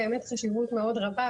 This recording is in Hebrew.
באמת חשיבות מאוד רבה,